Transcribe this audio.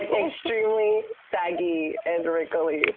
like extremely saggy and wrinkly